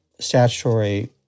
statutory